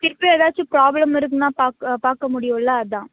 திரும்பியும் ஏதாச்சும் ப்ராப்லம் வருதுனால் பாக் பார்க்க முடியுமில்ல அதுதான்